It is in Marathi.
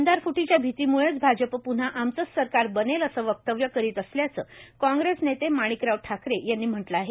आमदार फुटीच्या भीतीमुळेच भाजप पुन्हा आमचेच सरकार बनेल असे वक्तव्य करीत असल्याचे काँग्रेस नेते माणिकराव ठाकरे यांनी केले आहे